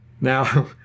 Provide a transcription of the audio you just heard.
Now